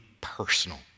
personal